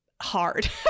hard